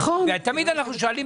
תמיד אנחנו שואלים,